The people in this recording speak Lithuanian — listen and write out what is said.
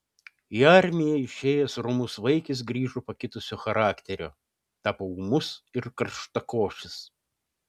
į armiją išėjęs romus vaikis grįžo pakitusio charakterio tapo ūmus ir karštakošis